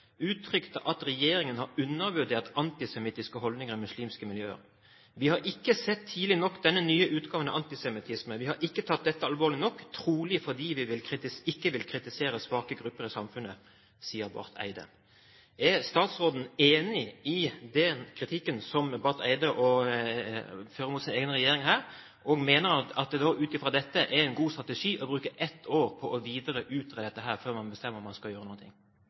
uttrykte at regjeringen har undervurdert antisemittiske holdninger i muslimske miljøer. – Vi har ikke sett tidlig nok denne «nye» utgaven av antisemittisme. Vi har ikke tatt dette alvorlig nok, trolig fordi vi ikke vil kritisere svake grupper i samfunnet, sa Barth Eide.» Er statsråden enig i den kritikken som Barth Eide fører mot sin egen regjering her, og mener han ut fra dette at det er en god strategi å bruke ett år på videre å utrede dette før man bestemmer om man skal gjøre noe?